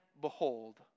behold